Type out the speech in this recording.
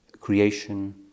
creation